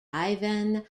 ivan